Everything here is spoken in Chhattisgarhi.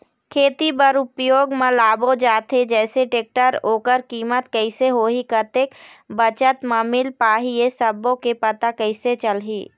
खेती बर उपयोग मा लाबो जाथे जैसे टेक्टर ओकर कीमत कैसे होही कतेक बचत मा मिल पाही ये सब्बो के पता कैसे चलही?